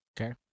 Okay